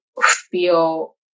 feel